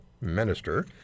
minister